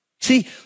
See